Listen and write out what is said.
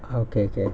okay okay